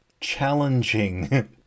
challenging